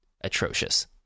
atrocious